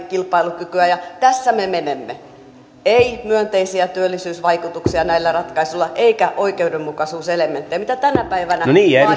kilpailukykyä ja tässä me menemme ei myönteisiä työllisyysvaikutuksia näillä ratkaisuilla eikä oikeudenmukaisuuselementtiä mitä tänä päivänä